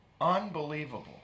unbelievable